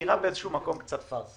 וזה נראה באיזשהו מקום קצת פרסה.